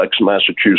Massachusetts